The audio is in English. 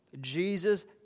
Jesus